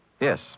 Yes